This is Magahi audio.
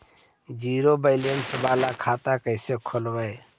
जीरो बैलेंस बाला खाता कैसे खोले?